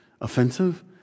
offensive